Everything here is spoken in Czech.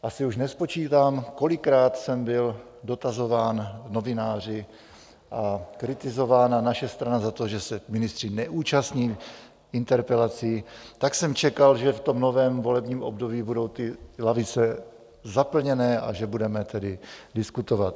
Asi už nespočítám, kolikrát jsem byl dotazován novináři a kritizována naše strana za to, že se ministři neúčastní interpelací, tak jsem čekal, že v novém volebním období budou ty lavice zaplněné, a že budeme tedy diskutovat.